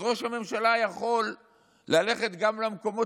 אז ראש הממשלה יכול ללכת גם למקומות